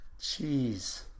Jeez